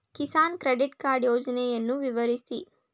Kisan credit card ಯೋಜನೆಯನ್ನು ವಿವರಿಸಿ?